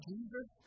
Jesus